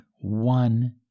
one